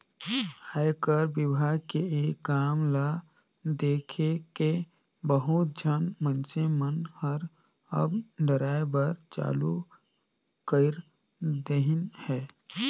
आयकर विभाग के ये काम ल देखके बहुत झन मइनसे मन हर अब डराय बर चालू कइर देहिन हे